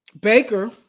Baker